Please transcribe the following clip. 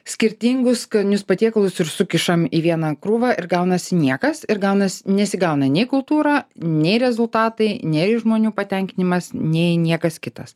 skirtingus skanius patiekalus ir sukišam į vieną krūvą ir gaunasi niekas ir gaunasi nesigauna nei kultūra nei rezultatai nei žmonių patenkinimas nei niekas kitas